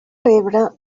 rebre